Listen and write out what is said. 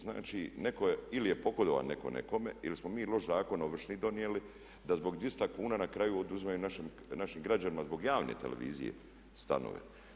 Znači netko, ili je pogodovao netko nekome ili smo mi loš zakon ovršni donijeli da zbog 200 kuna na kraju oduzimaju našim građanima zbog javne televizije stanove.